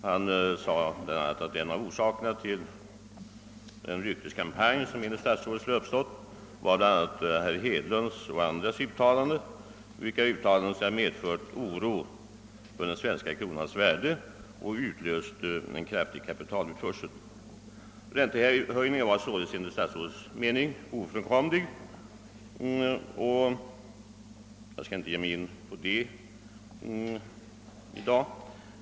Statsrådet sade därvid bl.a., att en av orsakerna till den rykteskampanj som enligt statsrådet skulle ha uppstått var herr Hedlunds och andras uttalanden, vilka skulle ha medfört oro för den svenska kronans värde och utlöst en kraftig kapitalutförsel. Räntehöjningen var alltså enligt herr Strängs mening ofrånkomlig. Jag skall inte nu gå in på den saken.